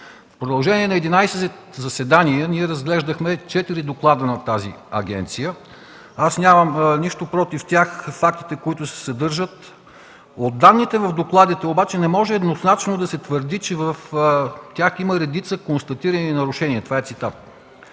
В продължение на 11 заседания ние разглеждахме четири доклада на тази агенция. Аз нямам нищо против тях и фактите, които се съдържат. „От данните в докладите обаче не може еднозначно да се твърди, че в тях има редица констатирани нарушения” – това е цитат.